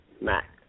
Mac